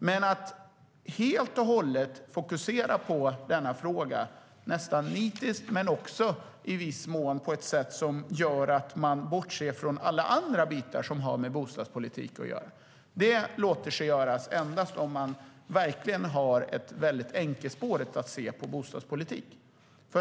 Men att helt och hållet fokusera på denna fråga - nästan nitiskt, men även i viss mån på ett sätt som gör att man bortser från alla andra bitar som har med bostadspolitik att göra - låter sig endast göras om man verkligen har ett väldigt enkelspårigt sätt att se på bostadspolitik.